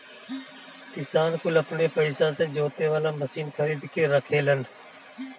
किसान कुल अपने पइसा से जोते वाला मशीन खरीद के रखेलन